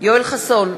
יואל חסון,